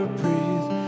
breathe